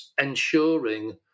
ensuring